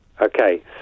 Okay